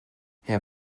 herr